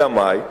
אלא מאי?